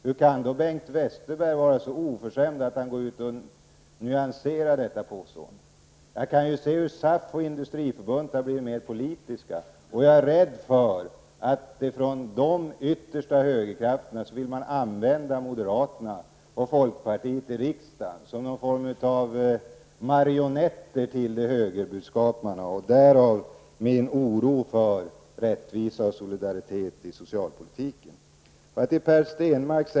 Hur kan då Bengt Westerberg vara så oförskämd att han går ut och nyanserar detta påstående? Jag kan se hur SAF och Industriförbundet har blivit mer politiska. Jag är rädd för att de yttersta högerkrafterna vill använda moderaterna och folkpartiet i riksdagen som någon sorts marionetter för dem som vill föra ut högerbudskapet. Därav kommer min oro för bristande rättvisa och solidaritet inom socialpolitiken.